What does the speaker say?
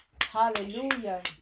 Hallelujah